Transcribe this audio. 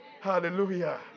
Hallelujah